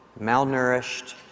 malnourished